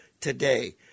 today